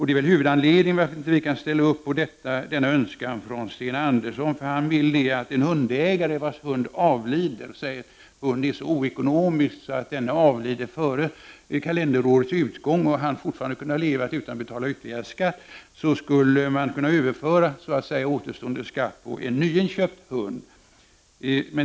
Det är huvudanledningen till att vi inte kan ställa upp på yrkandet från Sten Andersson i Malmö. Han vill nämligen att en hundägare, vars hund är så oekonomisk att den avlider före kalenderårets utgång, när den fortfarande kunde ha levat utan att ägaren behövt betala ytterligare skatt, skall få överföra återstående skatt på en eventuell nyinköpt hund.